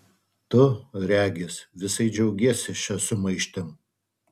tu regis visai džiaugiesi šia sumaištim